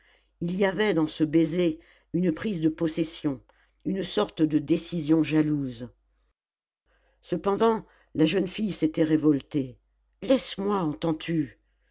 il y avait dans ce baiser une prise de possession une sorte de décision jalouse cependant la jeune fille s'était révoltée laisse-moi entends-tu